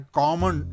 common